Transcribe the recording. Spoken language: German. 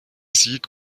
sieg